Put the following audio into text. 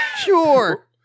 Sure